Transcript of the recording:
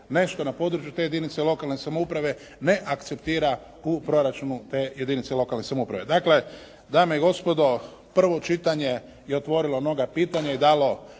nešto na području te jedinice lokalne samouprave ne akceptira u proračunu te jedinice lokalne samouprave. Dakle dame i gospodo prvo čitanje je otvorilo mnoga pitanja i dalo